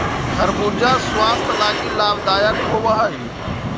खरबूजा स्वास्थ्य लागी लाभदायक होब हई